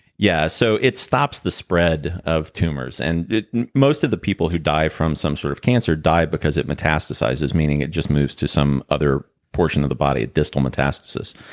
yeah, so it stops the spread of tumors. and most of the people who die from some sort of cancer die because it metastasizes, meaning it just moves to some other portion of the body. distal metastasis.